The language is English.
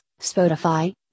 Spotify